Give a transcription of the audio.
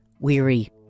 weary